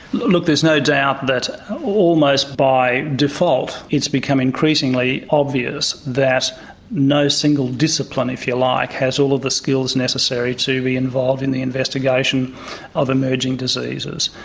look there's no doubt that almost by default it's becoming increasingly obviously that no single discipline if you like has all of the skills necessary to be involved in the investigation of emerging diseases.